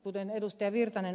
kuten ed